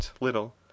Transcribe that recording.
little